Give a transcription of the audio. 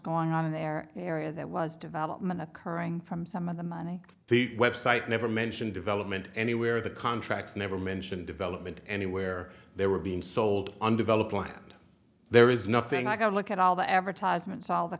going on in their area that was development occurring from some of the money the website never mentioned development anywhere the contracts never mention development anywhere they were being sold undeveloped land there is nothing like a look at all the advertisements all the